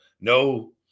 no